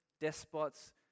despots